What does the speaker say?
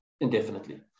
indefinitely